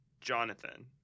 Jonathan